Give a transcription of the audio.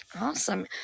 Awesome